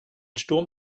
sturm